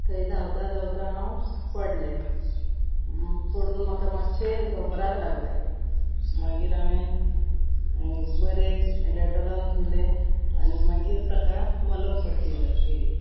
थंय धांवता धांवता आंव पडले पडून म्हाका मातशे धोपराक लागले मागीर हांवेन बरे डेटोलान धुले आनी मागीर ताका मलम पडटली जाय केली